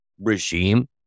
regime